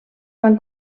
van